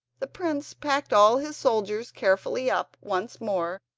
the prince packed all his soldiers carefully up once more,